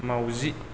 माउजि